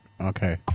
Okay